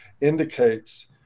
indicates